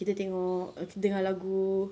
kita tengok dengar lagu